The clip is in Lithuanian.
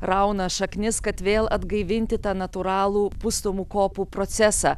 rauna šaknis kad vėl atgaivinti tą natūralų pustomų kopų procesą